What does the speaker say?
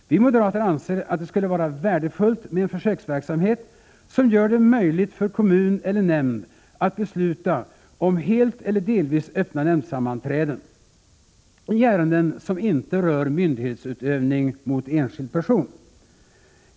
Vi moderater anser att det skulle vara värdefullt med en försöksverksamhet som gör det möjligt för kommun eller nämnd att besluta om helt eller delvis öppna nämndsammanträden i ärenden som inte rör myndighetsutövning mot enskild person.